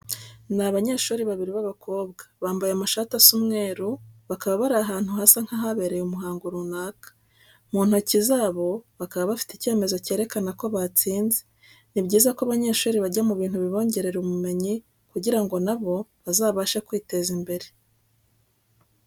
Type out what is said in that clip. Ni abanyeshuri babiri b'abakobwa bambaye amashati asa umweru, bakaba bari ahantu hasa nk'ahabereye umuhango runaka. Mu ntoki zabo bakaba bafite icyemezo kerekana ko batsinze. Ni byiza ko abanyeshuri bajya mu bintu bibongerera ubumenyi kugira ngo na bo bazabashe kwiteza imbere.